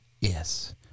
Yes